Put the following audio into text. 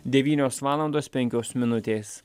devynios valandos penkios minutės